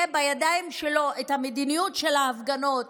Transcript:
בידיים שלו תהיה המדיניות של ההפגנות,